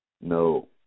No